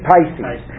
Pisces